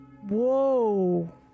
Whoa